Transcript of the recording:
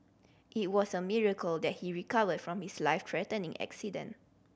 it was a miracle that he recovered from his life threatening accident